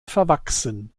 verwachsen